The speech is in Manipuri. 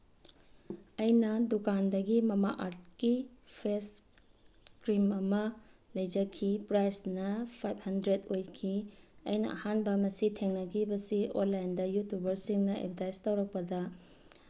ꯑꯩꯅ ꯗꯨꯀꯥꯟꯗꯒꯤ ꯃꯃꯥ ꯑꯥꯔꯠꯀꯤ ꯐꯦꯁ ꯀ꯭ꯔꯤꯝ ꯑꯃ ꯂꯩꯖꯈꯤ ꯄ꯭ꯔꯥꯏꯁꯅ ꯐꯥꯏꯞ ꯍꯟꯗ꯭ꯔꯦꯠ ꯑꯣꯏꯈꯤ ꯑꯩꯅ ꯑꯍꯥꯟꯕ ꯃꯁꯤ ꯊꯦꯡꯅꯈꯤꯕꯁꯤ ꯑꯣꯟꯂꯥꯏꯟꯗ ꯌꯨꯇꯨꯕꯔꯁꯤꯡꯅ ꯑꯦꯚꯔꯇꯥꯏꯁ ꯇꯧꯔꯛꯄꯗ